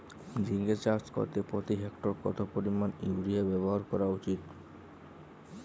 ঝিঙে চাষ করতে প্রতি হেক্টরে কত পরিমান ইউরিয়া ব্যবহার করা উচিৎ?